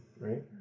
right